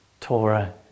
Torah